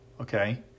okay